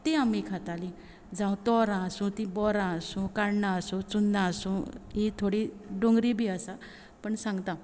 ती आमी खाताली जावं तोरां आसूं ती बोरां आसूं काण्णां आसूं चुन्ना आसूं ही थोडी दोंगरी बी आसा पूण सांगतां